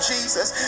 Jesus